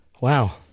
Wow